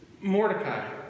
Mordecai